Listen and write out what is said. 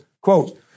quote